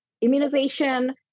immunization